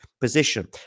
position